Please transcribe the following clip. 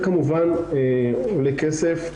זה כמובן עולה כסף,